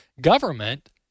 government